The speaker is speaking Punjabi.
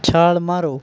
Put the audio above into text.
ਛਾਲ ਮਾਰੋ